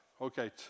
Okay